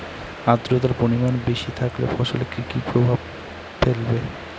আদ্রর্তার পরিমান বেশি থাকলে ফসলে কি কি প্রভাব ফেলবে?